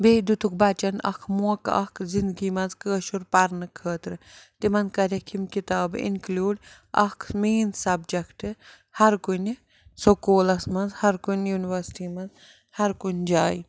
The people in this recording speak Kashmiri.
بیٚیہِ دیُتُکھ بَچَن اَکھ موقعہٕ اَکھ زِنٛدگی منٛز کٲشُر پَرنہٕ خٲطرٕ تِمَن کَرٮ۪کھ یِم کِتابہٕ اِنکٕلیوٗڈ اَکھ مین سَبجَکٹ ہَر کُنہِ سکوٗلَس منٛز ہَر کُنہِ یونیورسٹی منٛز ہَر کُنہِ جایہِ